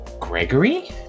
gregory